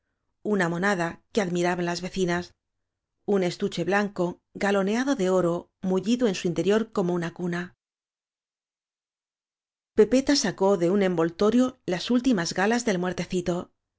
una monada que admiraban las vecinas un estu che blanco galoneado de oro mullido en su interior como una cuna pepeta sacó de un envoltorio las últimas galas del muertecito